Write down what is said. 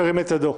ירים את ידו.